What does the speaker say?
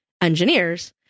engineers